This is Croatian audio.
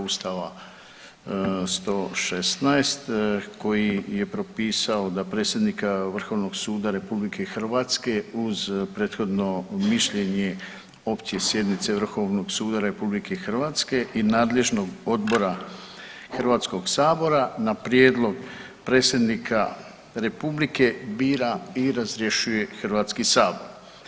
Ustava 116. koji je propisao da predsjednika Vrhovnog suda RH uz prethodno mišljenje Opće sjednice Vrhovnog suda RH i nadležnog odbora Hrvatskog sabora, na prijedlog Predsjednika Republike, bira i razrješuje Hrvatski sabor.